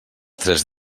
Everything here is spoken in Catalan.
tres